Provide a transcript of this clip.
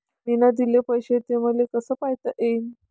मिन पैसे देले, ते मले कसे पायता येईन?